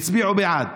הצביעו בעד.